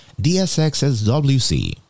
DSXSWC